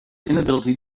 inability